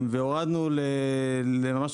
והורדנו, ממש